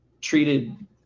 treated